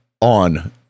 on